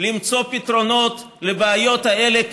היא למצוא פתרונות לבעיות האלה,